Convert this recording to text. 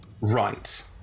right